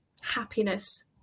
happiness